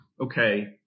okay